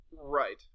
Right